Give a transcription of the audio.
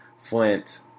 Flint